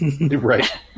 Right